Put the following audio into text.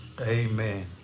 Amen